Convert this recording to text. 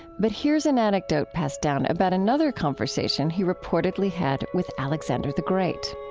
but here is an anecdote passed down about another conversation he reportedly had with alexander the great